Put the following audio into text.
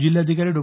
जिल्हाधिकारी डॉ